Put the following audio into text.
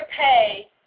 pay